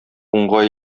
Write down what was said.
уңга